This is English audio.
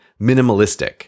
minimalistic